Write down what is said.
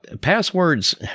passwords